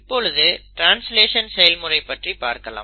இப்பொழுது ட்ரான்ஸ்லேஷன் செயல்முறை பற்றி பார்க்கலாம்